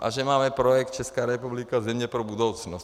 A že máme projekt Česká republika, země pro budoucnost.